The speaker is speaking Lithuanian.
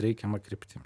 reikiama kryptim